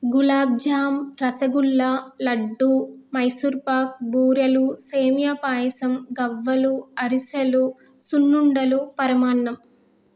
గులాబ్జామ్ రసగుల్లా లడ్డు మైసూర్పాక్ బూరెలు సేమియా పాయసం గవ్వలు అరిసెలు సున్నుండలు పరమాణ్నం